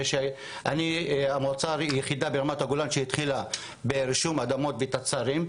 אני המועצה היחידה ברמת הגולן שהתחילה ברישום אדמות ותצ"רים.